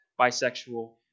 bisexual